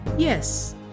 Yes